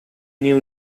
new